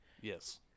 Yes